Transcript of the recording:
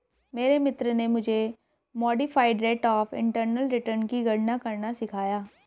मेरे मित्र ने मुझे modified rate of internal return की गणना करना सिखाया